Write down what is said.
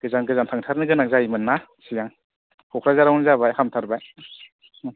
गोजान गोजान थांथारनो गोनां जायोमोन ना सिगां क'क्राझार आवनो जाबाय हामथारबाय